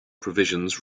provisions